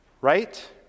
right